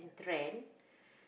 trend